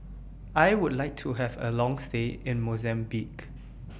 I Would like to Have A Long stay in Mozambique